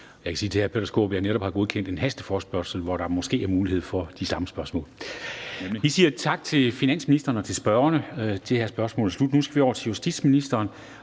Jeg kan sige til hr. Peter Skaarup, at jeg netop har godkendt en hasteforespørgsel, hvor der måske er mulighed for at stille de samme spørgsmål. Vi siger tak til finansministeren og til spørgerne. Det her spørgsmål er slut. Nu skal vi over til justitsministeren.